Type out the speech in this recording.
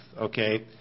Okay